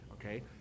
okay